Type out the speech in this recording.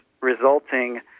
resulting